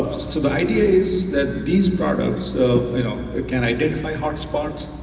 so the idea is that these products you know can identify hot spots,